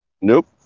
nope